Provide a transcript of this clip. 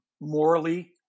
morally